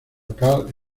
carl